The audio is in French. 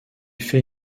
fait